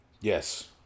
Yes